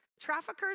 Traffickers